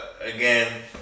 again